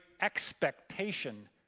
expectation